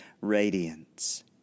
radiance